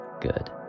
good